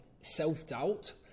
self-doubt